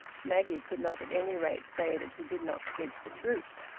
maggie could not at any rate say that he did not speak the truth.